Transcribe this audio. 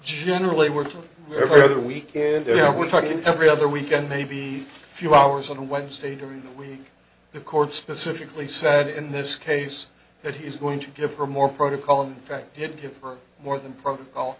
generally we're told every other weekend there we're talking every other weekend maybe a few hours on wednesday during the week the court specifically said in this case that he's going to give her more protocol in fact did give her more than protocol